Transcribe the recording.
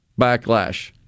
backlash